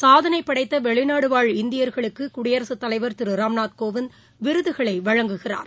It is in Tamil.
சாதனைபடைத்தவெளிநாடுவாழ் இந்தியர்களுக்குடியரசுத் தலைவர் திருராம்நாத் கோவிந்த் விருதுகளைவழங்குகிறார்